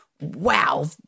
wow